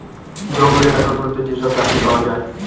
জঙ্গলের এলাকা গুলোতে যেসব চাকরি পাওয়া যায়